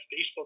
Facebook